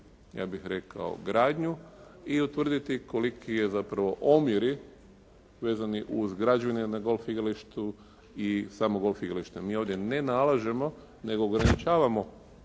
ja bih rekao gradnju i utvrditi koliki je zapravo omjeri vezani uz građevine na golf igralištu i samo golf igralište. Mi ovdje ne nalažemo nego ograničavamo